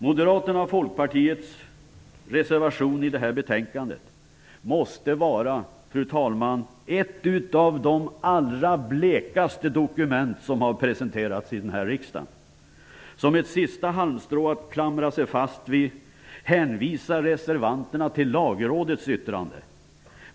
Moderaternas och Folkpartiets reservation i detta betänkande måste vara ett av de allra blekaste dokument som har presenterats i denna riksdag. Som ett sista halmstrå att klamra sig fast vid hänvisar reservanterna till Lagrådets yttrande.